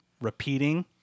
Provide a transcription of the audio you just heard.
repeating